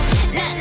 Nah